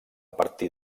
partir